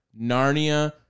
Narnia